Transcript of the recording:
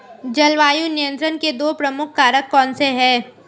जलवायु नियंत्रण के दो प्रमुख कारक कौन से हैं?